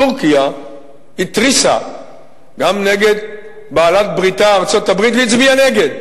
טורקיה התריסה גם נגד בעלת-בריתה ארצות-הברית והצביעה נגד.